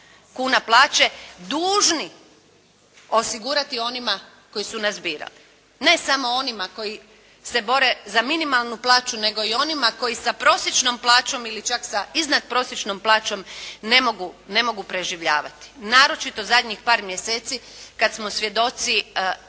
kuna plaće, dužni osigurati onima koji su nas birali, ne samo onima koji se bore za minimalnu plaću nego i onima koji sa prosječnom plaćom ili čak sa iznad prosječnom plaćom ne mogu preživljavati naročito zadnjih par mjeseci kada smo svjedoci